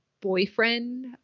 boyfriend